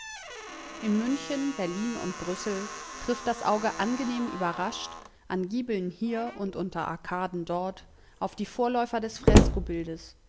in münchen berlin und brüssel trifft das auge angenehm überrascht an giebeln hier und unter arkaden dort auf die vorläufer des